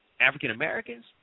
African-Americans